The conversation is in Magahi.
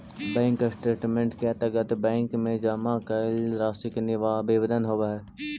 बैंक स्टेटमेंट के अंतर्गत बैंक में जमा कैल राशि के विवरण होवऽ हइ